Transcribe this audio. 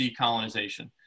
decolonization